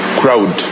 crowd